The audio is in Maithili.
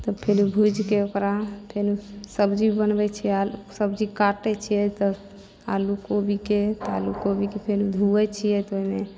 तब फेरु भुजिके ओकरा फेनु सब्जी बनबै छियै आलूके सब्जी काटै छियै तऽ आलू कोबीके आलूकोबीके फेन धुयै छियै पहिने